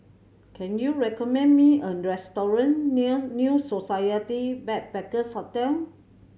can you recommend me a restaurant near New Society Backpackers' Hotel